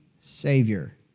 Savior